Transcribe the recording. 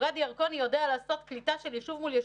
גדי ירקוני יודע לעשות קליטה של יישוב מול יישוב,